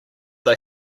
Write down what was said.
they